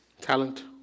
talent